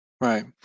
Right